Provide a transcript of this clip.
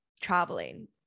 traveling